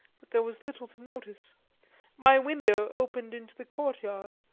but there was little to notice my window opened into the courtyard,